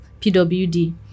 PWD